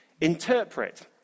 interpret